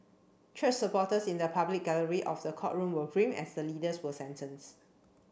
church supporters in the public gallery of the courtroom were grim as the leaders were sentenced